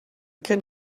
can